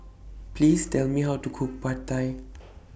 Please Tell Me How to Cook Pad Thai